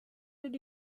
did